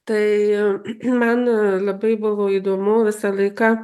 tai man labai buvo įdomu visą laiką